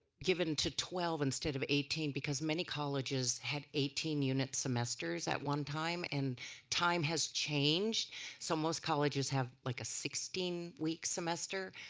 given to twelve instead of eighteen because many colleges had eighteen units semesters at one time and time has changed so most colleges have like a sixteen week semester,